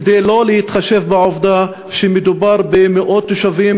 כדי לא להתחשב בעובדה שמדובר במאות תושבים